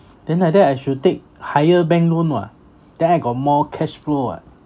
then like that I should take higher bank loan !wah! then I got more cashflow [what]